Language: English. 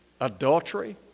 adultery